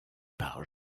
par